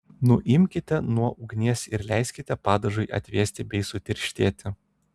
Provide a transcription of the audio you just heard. nuimkite nuo ugnies ir leiskite padažui atvėsti bei sutirštėti